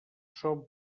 són